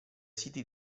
siti